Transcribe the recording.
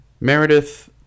Meredith